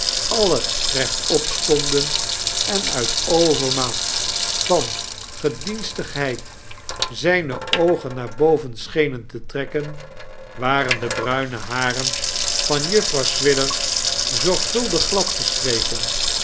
alle rechtop stonden en uit overmaat van gedienstigheid zijne oogen naar boven sohenen te trekken waren de bruihe haren van juffrouw swidger zorgvuld